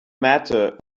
matter